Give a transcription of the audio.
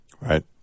Right